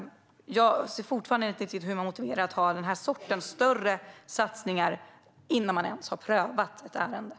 Jag ser fortfarande inte riktigt hur man motiverar den här sortens större satsningar innan ett ärende ens är prövat.